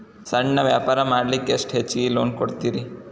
ಸಣ್ಣ ವ್ಯಾಪಾರ ಮಾಡ್ಲಿಕ್ಕೆ ಎಷ್ಟು ಹೆಚ್ಚಿಗಿ ಲೋನ್ ಕೊಡುತ್ತೇರಿ?